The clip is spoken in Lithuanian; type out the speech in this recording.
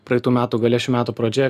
praitų metų gale šių metų pradžioje